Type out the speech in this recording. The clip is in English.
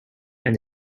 and